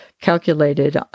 calculated